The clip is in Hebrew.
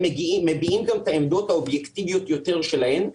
הם מביעים גם את העמדות האובייקטיביות יותר שלהם,